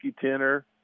tenor